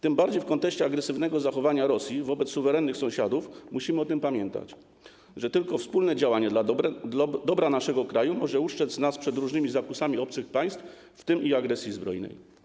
Tym bardziej w kontekście agresywnego zachowania Rosji wobec suwerennych sąsiadów musimy pamiętać o tym, że tylko wspólne działanie dla dobra naszego kraju może ustrzec nas przed różnymi zakusami obcych państw, w tym przed agresją zbrojną.